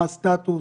מה הסטטוס,